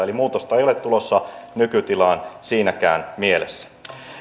eli muutosta ei ole tulossa nykytilaan siinäkään mielessä